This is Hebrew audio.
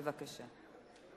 בבקשה.